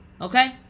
okay